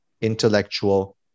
intellectual